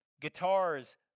guitars